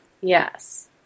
yes